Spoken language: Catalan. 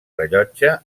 rellotge